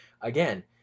again